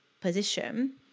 position